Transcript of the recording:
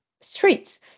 streets